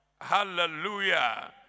Hallelujah